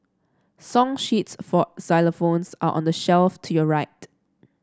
song sheets for xylophones are on the shelf to your right